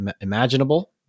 imaginable